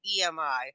EMI